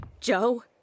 Joe